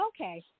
Okay